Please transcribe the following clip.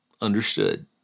understood